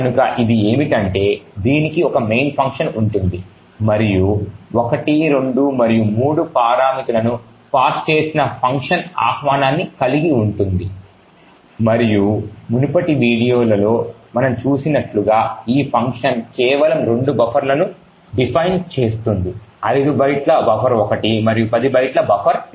కనుక ఇది ఏమిటంటే దీనికి ఒక మెయిన్ ఫంక్షన్ ఉంటుంది మరియు 1 2 మరియు 3 పారామితులను పాస్ చేసిన ఫంక్షన్ ఆహ్వానాన్ని కలిగి ఉంది మరియు మునుపటి వీడియోలలో మనం చూసినట్లుగా ఈ ఫంక్షన్ కేవలం రెండు బఫర్లను డిఫైన్ చేస్తుంది 5 బైట్ల బఫర్1 మరియు 10 బైట్లు బఫర్2